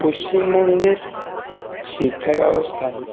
পশ্চিমবঙ্গের শিক্ষাব্যবস্থায়